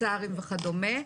תצ"רים וכדומה,